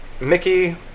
Mickey